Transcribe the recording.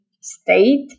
state